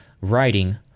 writing